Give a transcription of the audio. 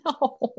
no